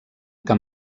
que